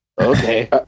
Okay